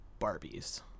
barbies